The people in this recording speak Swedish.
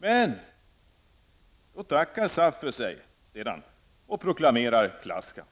Sedan tackar SAP för sig och proklamerar klasskamp.